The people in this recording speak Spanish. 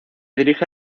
dirige